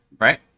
right